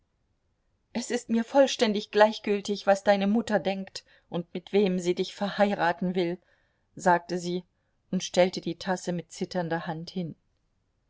es ist mir vollständig gleichgültig was deine mutter denkt und mit wem sie dich verheiraten will sagte sie und stellte die tasse mit zitternder hand hin